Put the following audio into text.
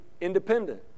independent